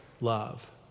love